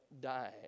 die